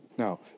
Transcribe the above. Now